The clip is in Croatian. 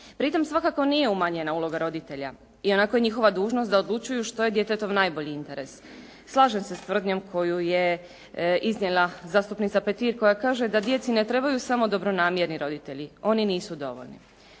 Pritom svakako nije umanjena uloga roditelja, ionako je njihova dužnost da odlučuju što je djetetov najbolji interes. Slažem se s tvrdnjom koju je iznijela zastupnica Petir koja kaže da djeci ne trebaju samo dobronamjerni roditelji, oni nisu dovoljni.